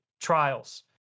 Trials